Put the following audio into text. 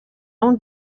own